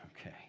Okay